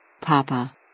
Papa